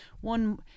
one